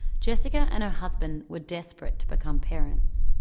jessica and her husband were desperate to become parents.